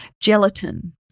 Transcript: gelatin